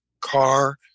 car